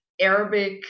Arabic